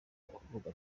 urubuga